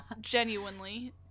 Genuinely